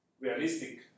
realistic